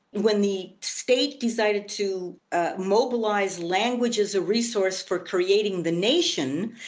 when the state decided to mobilise language as a resource for creating the nation,